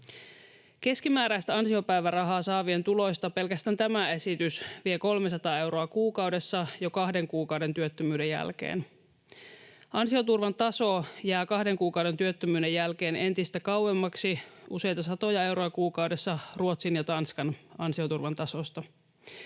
Keskimääräistä ansiopäivärahaa saavien tuloista pelkästään tämä esitys vie 300 euroa kuukaudessa jo kahden kuukauden työttömyyden jälkeen. Ansioturvan taso jää kahden kuukauden työttömyyden jälkeen entistä kauemmaksi, useita satoja euroa kuukaudessa, Ruotsin ja Tanskan ansioturvan tasosta.